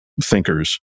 thinkers